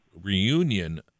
reunion